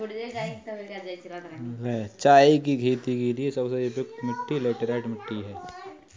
चाय की खेती के लिए सबसे उपयुक्त मिट्टी लैटराइट मिट्टी है